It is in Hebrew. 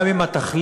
גם אם התכלית